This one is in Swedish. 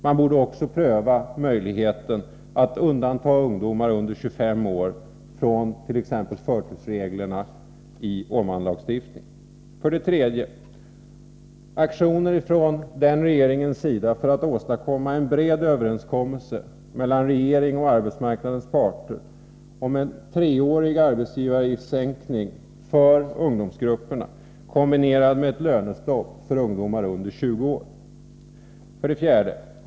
Man borde även pröva möjligheten att undanta ungdomar under 25 år från t.ex. förtursreglerna i Åmanlagstiftningen. 3. Aktioner från regeringens sida för att åstadkomma en bred överenskommelse mellan regering och arbetsmarknadens parter om en treårig sänkning av arbetsgivaravgiften för ungdomsgrupperna kombinerad med ett lönestopp för ungdomar under 20 år. 4.